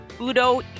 Udo